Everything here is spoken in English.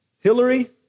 Hillary